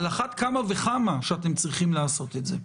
על אחת כמה וכמה שאתם צריכים לעשות את זה.